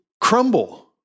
crumble